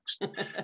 next